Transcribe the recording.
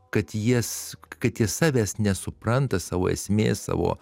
kad jas kad jie savęs nesupranta savo esmės savo